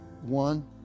One